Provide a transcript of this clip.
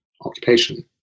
occupation